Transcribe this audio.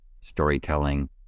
storytelling